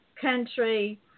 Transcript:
country